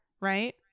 right